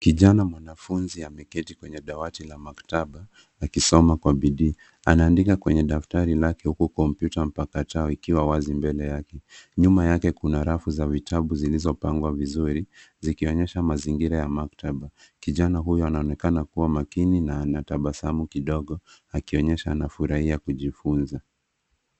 Kijana mwanafunzi ameketi kwenye dawati la maktaba akisoma kwa bidii. Anaandika kwenye daftari lake huku kompyuta mpakato ikiwa wazi mbele yake. Nyuma yake kuna rafu za vitabu zilizopangwa vizuri, zikionyesha mazingira ya maktaba. Kijana huyu anaonekana kuwa makini na anatabasamu kidogo. Akionyesha anafurahia kujifunza.